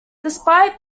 despite